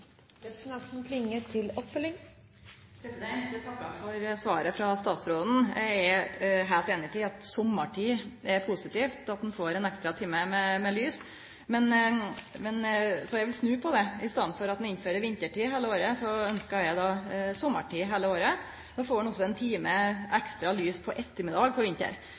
Eg takkar for svaret frå statsråden. Eg er heilt einig i at sommartid er positivt, at ein får ein ekstra time med lys. Men eg vil snu på det: I staden for at ein innfører vintertid heile året, ønskjer eg sommartid heile året. Då får ein også ein time ekstra lys på